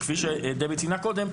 כפי שדבי ציינה קודם,